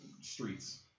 streets